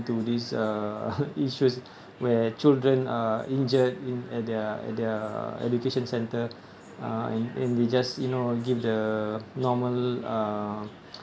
to these uh issues where children are injured in at their at their education centre uh and and they just you know give the normal uh